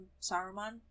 saruman